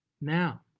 Now